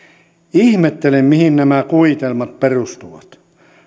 ihmettelen mihin nämä kuvitelmat perustuvat